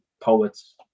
poets